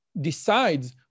decides